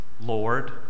Lord